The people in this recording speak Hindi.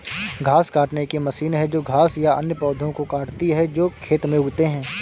घास काटने की मशीन है जो घास या अन्य पौधों को काटती है जो खेत में उगते हैं